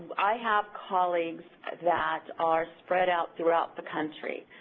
i have colleagues that are spread out throughout the country,